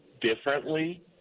differently